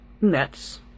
Nets